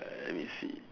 uh let me see